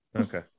Okay